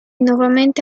nuovamente